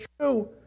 true